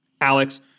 Alex